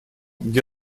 где